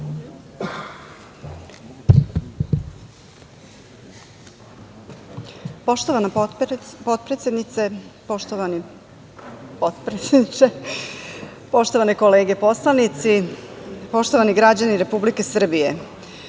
poštovani potpredsedniče, poštovane kolege poslanici, poštovani građani Republike Srbije,